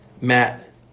Matt